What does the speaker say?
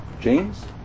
James